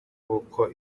w’uko